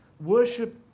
worship